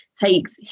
Takes